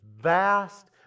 vast